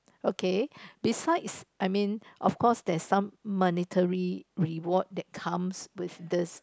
okay besides I mean of course there's some monetary reward that comes with this